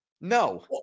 No